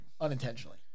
unintentionally